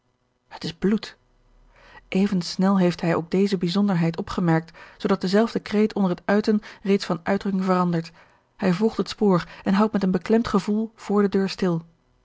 het is bloed even snel heeft hij ook deze bijzonderheid opgemerkt zoodat dezelfde kreet onder het uiten reeds van uitdrukking verandert hij volgt het spoor en houdt met een beklemd gevoel voor de deur stil